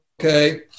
Okay